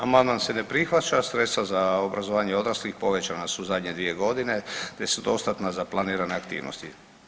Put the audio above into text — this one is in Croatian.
Amandman se ne prihvaća, sredstva za obrazovanje odraslih povećana su u zadnje dvije godine te su dostatna za planirane aktivnosti.